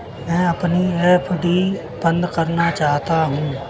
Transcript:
मैं अपनी एफ.डी बंद करना चाहता हूँ